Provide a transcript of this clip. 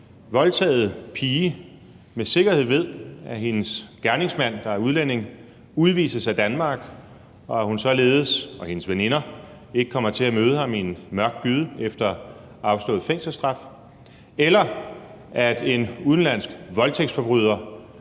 voldtaget pige med sikkerhed ved, at hendes gerningsmand, der er udlænding, udvises af Danmark, og at hun og hendes veninder således ikke kommer til at møde ham i en mørk gyde efter afstået fængselsstraf, eller at en udenlandsk voldtægtsforbryder